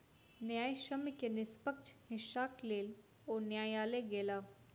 न्यायसम्य के निष्पक्ष हिस्साक लेल ओ न्यायलय गेला